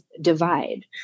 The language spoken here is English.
divide